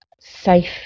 safe